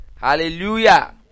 Hallelujah